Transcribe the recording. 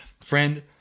Friend